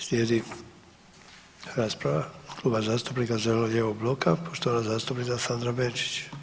Slijedi rasprava Kluba zastupnika zeleno-lijevog bloka, poštovana zastupnica Sandra Benčić.